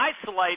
isolate